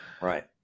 Right